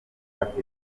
afite